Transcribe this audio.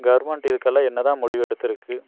government இதுக்கெல்லாம் என்னதான் முடிவு எடுத்துருக்குது